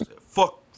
Fuck